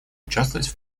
участвовать